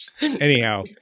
Anyhow